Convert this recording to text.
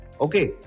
okay